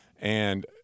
And-